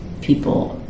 people